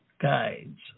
guides